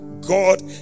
God